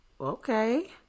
Okay